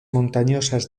montañosas